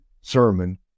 sermon